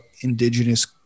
indigenous